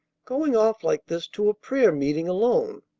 going off like this to a prayer meeting alone?